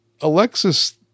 Alexis